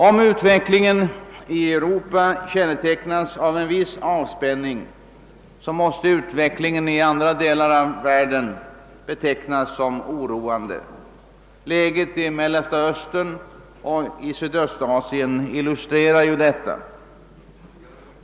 Om utvecklingen i Europa kännetecknas av en viss avspänning måste utvecklingen i andra delar av världen betecknas som oroande. Läget i Mellersta Östern och i Sydöstasien illustrerar detta faktum.